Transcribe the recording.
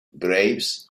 graves